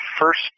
first